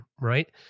right